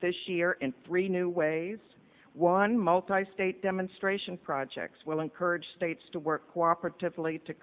this year in three new ways one multi state demonstration projects will encourage states to work cooperative